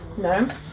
No